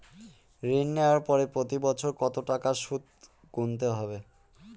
ঋণ নেওয়ার পরে প্রতি বছর কত টাকা সুদ গুনতে হবে?